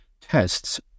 tests